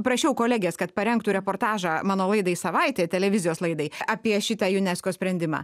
prašiau kolegės kad parengtų reportažą mano laidai savaitė televizijos laidai apie šitą unesco sprendimą